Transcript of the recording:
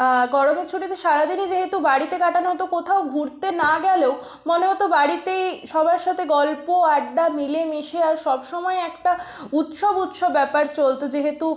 গরমের ছুটিতে সারাদিনই যেহেতু বাড়িতে কাটানো হত কোথাও ঘুরতে না গেলেও মনে হত বাড়িতেই সবার সাথে গল্প আড্ডা মিলেমিশে আর সব সময়েই একটা উৎসব উৎসব ব্যাপার চলতো যেহেতু